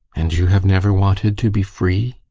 and you have never wanted to be free?